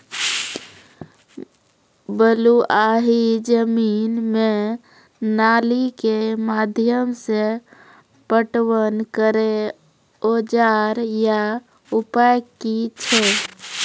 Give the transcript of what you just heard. बलूआही जमीन मे नाली के माध्यम से पटवन करै औजार या उपाय की छै?